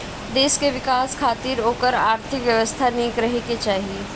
देस कअ विकास खातिर ओकर आर्थिक व्यवस्था निक रहे के चाही